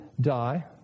die